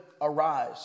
arise